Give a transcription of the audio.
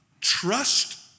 trust